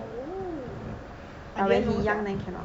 oh I didn't know sia